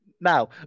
now